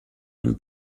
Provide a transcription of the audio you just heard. und